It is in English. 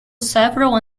several